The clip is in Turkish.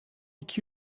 iki